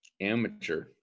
Amateur